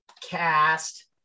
cast